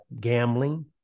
gambling